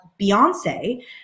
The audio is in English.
Beyonce